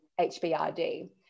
HBRD